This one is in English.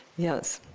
yes.